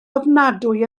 ofnadwy